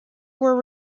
were